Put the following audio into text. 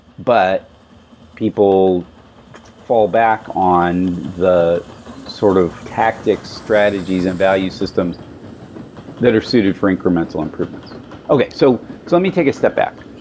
but people fall back on the sort of tactics, strategies and value systems that are suited for incremental improvements okay, so let me take a step back.